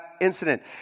incident